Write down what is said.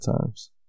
times